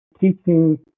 teaching